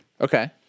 Okay